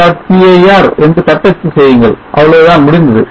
cir என்று தட்டச்சு செய்யுங்கள் அவ்வளவுதான் முடிந்தது